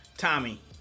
Tommy